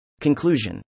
Conclusion